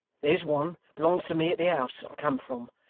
there's one, belongs to me, at the house i came from,